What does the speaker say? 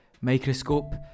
microscope